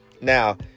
Now